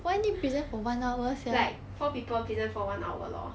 like four people present for one hour lor